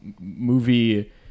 movie